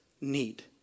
need